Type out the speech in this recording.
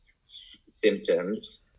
symptoms